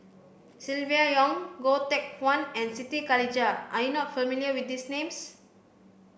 Silvia Yong Goh Teck Phuan and Siti Khalijah are you not familiar with these names